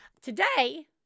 today